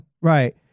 Right